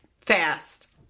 Fast